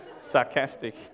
Sarcastic